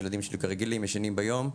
הילדים שלי רגילים ישנים ביום.